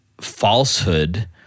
falsehood